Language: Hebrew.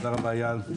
תודה רבה אייל,